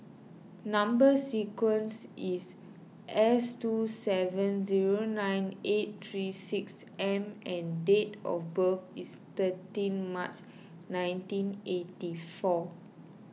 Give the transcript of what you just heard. Number Sequence is S two seven zero nine eight three six M and date of birth is thirteen March nineteen eighty four